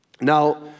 Now